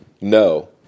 no